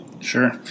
sure